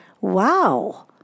wow